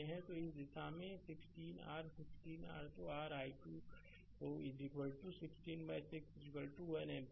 तो इस दिशा में 16 r 16 r तो r i2 होगा 1616 1 एम्पीयर